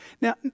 Now